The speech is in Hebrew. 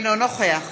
אינו נוכח